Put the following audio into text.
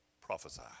prophesy